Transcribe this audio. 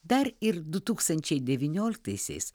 dar ir du tūkstančiai devynioliktaisiais